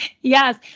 yes